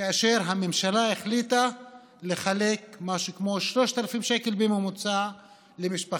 כאשר הממשלה החליטה לחלק משהו כמו 3,000 שקל בממוצע למשפחה.